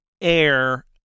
Air